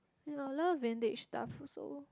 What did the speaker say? ya a lot vintage stuff also